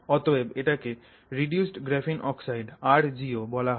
অতএব এটাকে reduced graphene oxide rGO বলা হয়